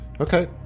Okay